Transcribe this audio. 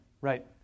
Right